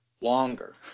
Longer